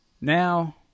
Now